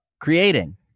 creating